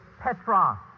petra